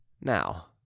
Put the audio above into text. Now